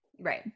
Right